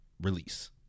release